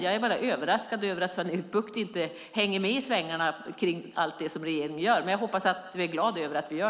Jag är återigen överraskad över att Sven-Erik Bucht inte hänger med i svängarna om allt det regeringen gör, men jag hoppas att du är glad för vad vi gör.